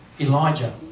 Elijah